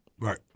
Right